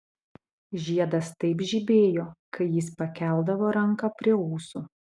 žiedas taip žibėjo kai jis pakeldavo ranką prie ūsų